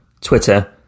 Twitter